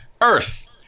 Earth